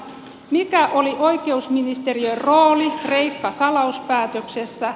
mikä oli oikeusministeriön rooli kreikka salauspäätöksessä